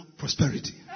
prosperity